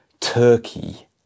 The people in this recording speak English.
Turkey